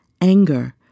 anger